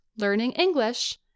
learningenglish